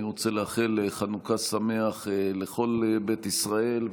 אני רוצה לאחל חנוכה שמח לכל בית ישראל,